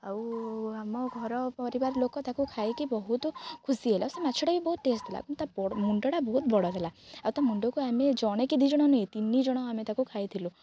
ଆଉ ଆମ ଘର ପରିବାର ଲୋକ ତାକୁ ଖାଇକି ବହୁତ ଖୁସି ହେଲା ସେ ମାଛଟା ବି ବହୁତ ଟେଷ୍ଟ ଥିଲା କିନ୍ତୁ ତା ମୁଣ୍ଡଟା ବହୁତ ବଡ଼ ଥିଲା ଆଉ ତା ମୁଣ୍ଡକୁ ଆମେ ଜଣେ କି ଦୁଇ ଜଣ ନୁହେଁ ତିନିଜଣ ଆମେ ତାକୁ ଖାଇଥିଲୁ